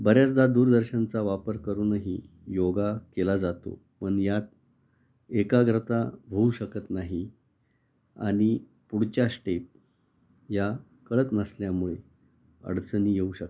बऱ्याचदा दूरदर्शनचा वापर करूनही योग केला जातो पण यात एकाग्रता होऊ शकत नाही आणि पुढच्या स्टेप या कळत नसल्यामुळे अडचणी येऊ शकतात